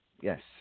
Yes